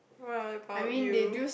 what about you